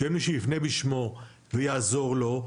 שאין מי שיפנה בשמו ויעזור לו,